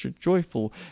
joyful